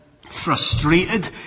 frustrated